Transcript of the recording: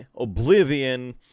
oblivion